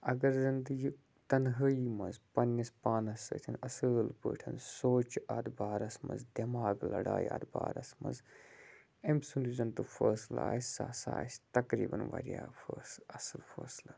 اگر زَنتہِ یہِ تَنہٲیی مَنٛز پَننِس پانَس سۭتۍ اصل پٲٹھۍ سونٛچہِ اتھ بارَس مَنٛز دٮ۪ماغ لَڑایہِ اتھ بارَس مَنٛز أمۍ سُنٛد یُس زَنتہِ فٲصلہٕ آسہِ سُہ آسہِ تَقریبن واریاہ فٲصلہٕ اصل فٲصلہٕ